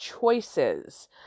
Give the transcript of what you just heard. choices